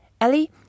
Ellie